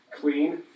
clean